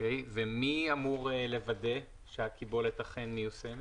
ומי אמור לוודא שהקיבולת אכן מיושמת,